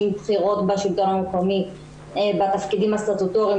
בכירות בשלטון המקומי בתפקידים הסטטוטוריים,